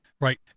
Right